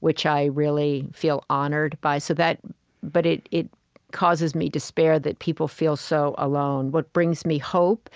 which i really feel honored by. so but it it causes me despair that people feel so alone what brings me hope